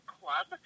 club